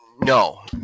No